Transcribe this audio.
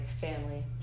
family